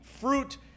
fruit